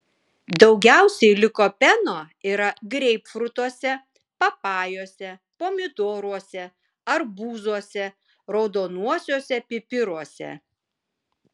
daugiausiai likopeno yra greipfrutuose papajose pomidoruose arbūzuose raudonuosiuose pipiruose